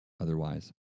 otherwise